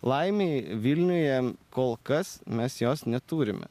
laimei vilniuje kol kas mes jos neturime